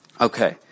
Okay